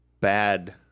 bad